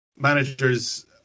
managers